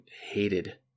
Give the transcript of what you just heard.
hated